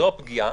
זו הפגיעה.